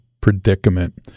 predicament